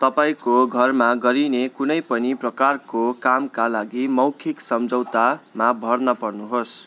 तपाईँको घरमा गरिने कुनै पनि प्रकारको कामका लागि मौखिक सम्झौता मा भर नपर्नुहोस्